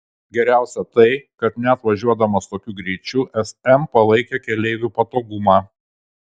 geriausia tai kad net važiuodamas tokiu greičiu sm palaikė keleivių patogumą